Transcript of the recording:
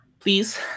Please